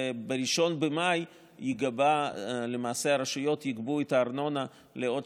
וב-1 במאי יגבו הרשויות את הארנונה לעוד